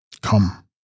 Come